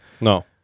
no